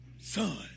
son